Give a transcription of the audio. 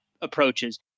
approaches